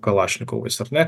kalašnikovais ar ne